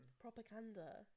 Propaganda